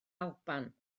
alban